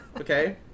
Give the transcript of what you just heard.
Okay